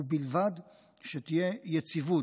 ובלבד שתהיה יציבות.